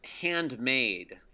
handmade